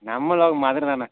நம்மளும் மதுரை தான்ணே